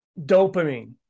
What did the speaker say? Dopamine